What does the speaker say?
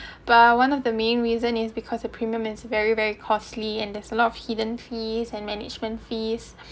but one of the main reason is because a premium is very very costly and there's a lot of hidden fees and management fees